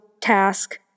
task